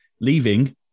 leaving